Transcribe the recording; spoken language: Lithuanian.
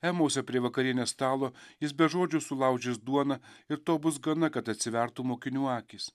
emose prie vakarienės stalo jis be žodžių sulaužys duoną ir to bus gana kad atsivertų mokinių akys